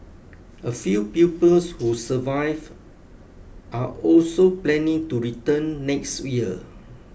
a few pupils who survive are also planning to return next year